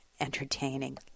entertaining